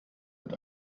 mit